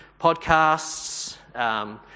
podcasts